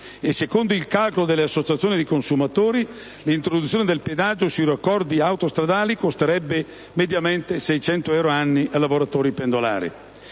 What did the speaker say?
Secondo il calcolo delle associazioni dei consumatori, l'introduzione del pedaggio sui raccordi autostradali costerebbe mediamente 600 euro annui ai lavoratori pendolari.